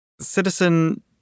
Citizen